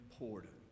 important